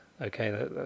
Okay